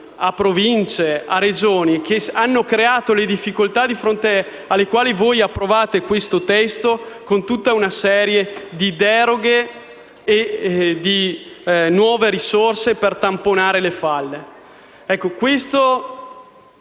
Province e Regioni che ha creato difficoltà di fronte alle quali voi approvate questo testo con una serie di deroghe e di nuove risorse per tamponare le falle.